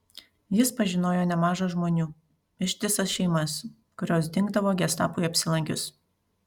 jis pažinojo nemaža žmonių ištisas šeimas kurios dingdavo gestapui apsilankius